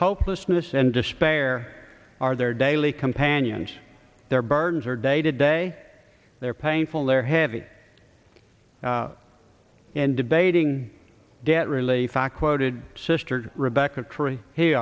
hopelessness and despair are their daily companions their burdens are day to day they're painful they're heavy and debating debt relief i quoted sister rebecca